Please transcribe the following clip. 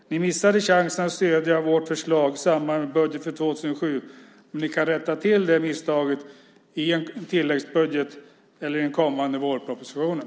Ni missade chansen att stödja vårt förslag i samband med budgeten för 2007, men ni kan rätta till det misstaget i en tilläggsbudget eller i den kommande vårpropositionen.